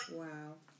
wow